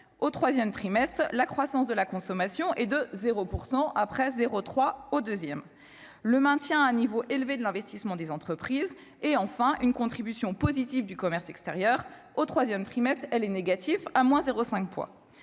au 3ème trimestre, la croissance de la consommation et de 0 % après 0 3 au 2ème le maintien à un niveau élevé de l'investissement des entreprises, et enfin une contribution positive du commerce extérieur au 3ème trimestre elle est négatif à moins 0 5